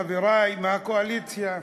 חברי מהקואליציה,